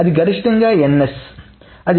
అది గరిష్టంగా ns